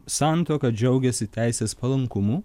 santuoka džiaugiasi teisės palankumu